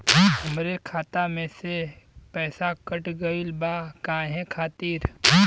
हमरे खाता में से पैसाकट गइल बा काहे खातिर?